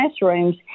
classrooms